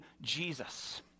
Jesus